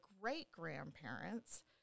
great-grandparents